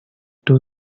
too